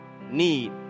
need